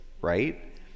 right